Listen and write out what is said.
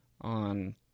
on